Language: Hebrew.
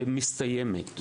שמסתיימת.